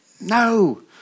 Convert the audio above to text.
no